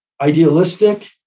idealistic